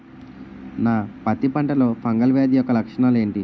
నా పత్తి పంటలో ఫంగల్ వ్యాధి యెక్క లక్షణాలు ఏంటి?